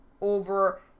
over